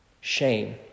Shame